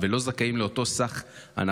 ולא זכאים לאותה הנחה.